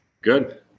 Good